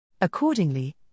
Accordingly